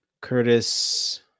Curtis